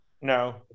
No